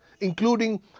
including